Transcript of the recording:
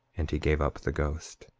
and he gave up the ghost.